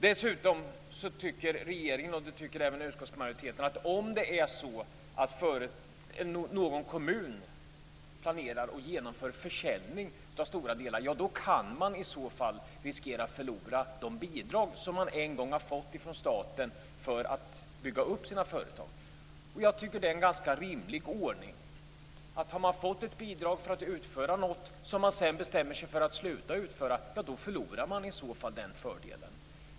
Dessutom tycker regeringen och även utskottsmajoriteten att om någon kommun planerar och genomför försäljning av stora delar av bostadsbeståndet, kan man riskera att förlora de bidrag som man en gång har fått från staten för att bygga upp sina företag. Jag tycker att det är en ganska rimlig ordning. Har man fått ett bidrag för att utföra något som man sedan bestämmer sig för att sluta med att utföra, förlorar man den fördelen.